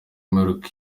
imperuka